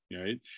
right